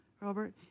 robert